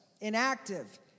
inactive